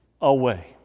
away